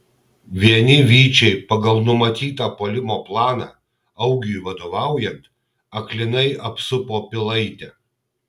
vieni vyčiai pagal numatytą puolimo planą augiui vadovaujant aklinai apsupo pilaitę